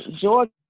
Georgia